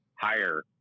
higher